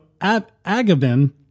Agabin